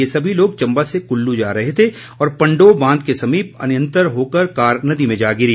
ये सभी लोग चम्बा से कल्लू जा रहे थे और पंडोह बांध के समीप अनियंत्रित होकर कार नदी में जा गिरी